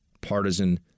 partisan